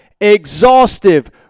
exhaustive